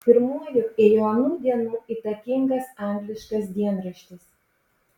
pirmuoju ėjo anų dienų įtakingas angliškas dienraštis